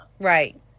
right